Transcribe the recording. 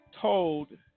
told